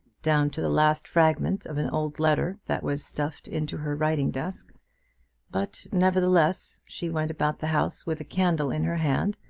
down to the last fragment of an old letter that was stuffed into her writing-desk but, nevertheless, she went about the house with a candle in her hand,